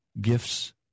gifts